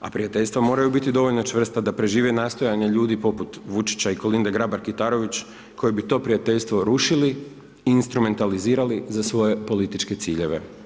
a prijateljstva moraju biti dovoljno čvrsta da prežive nastojanja ljudi poput Vučića i Kolinde Grabar Kitarović koji bi to rušili, instrumentalizirali za svoje političke ciljeve.